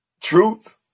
Truth